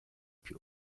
più